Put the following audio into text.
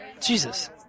Jesus